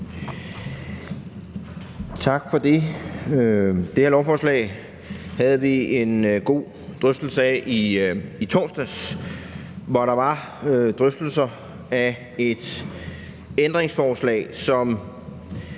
Tak for det. Det her lovforslag havde vi en god drøftelse af i torsdags, hvor der var drøftelser af et ændringsforslag, som